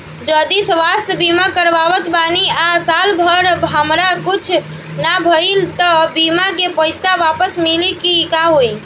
जदि स्वास्थ्य बीमा करावत बानी आ साल भर हमरा कुछ ना भइल त बीमा के पईसा वापस मिली की का होई?